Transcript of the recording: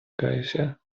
кайся